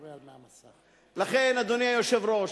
לכן, אדוני היושב-ראש,